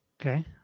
Okay